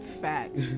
Fact